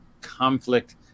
conflict